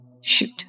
Shoot